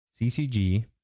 CCG